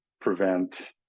prevent